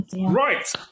Right